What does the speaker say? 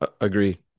Agree